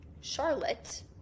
Charlotte